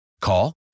Call